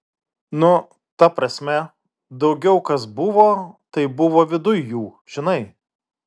nu ta prasme daugiau kas buvo tai buvo viduj jų žinai